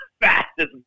fastest